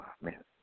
man